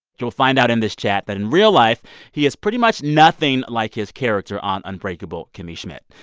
you'll find out in this chat that in real life he is pretty much nothing like his character on unbreakable kimmy schmidt.